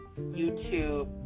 YouTube